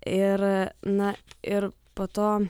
ir na ir po to